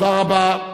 תודה רבה.